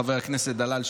חבר הכנסת דלל,